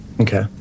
Okay